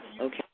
okay